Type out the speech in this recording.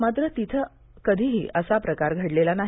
मात्र तिथं कधीही असा प्रकार घडलेला नाही